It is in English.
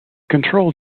control